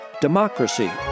democracy